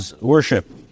worship